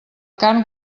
carn